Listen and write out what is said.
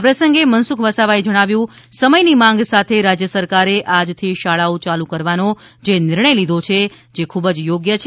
આ પ્રસંગે મનસુખ વસાવાએ જણાવ્યું હતું કે સમયની માંગ સાથે રાજ્ય સરકારે આજથી શાળાઓ ચાલુ કરવાનો જે નિર્ણય લીધો છેજે ખૂબ જ યોગ્ય છે